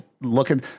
looking